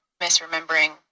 misremembering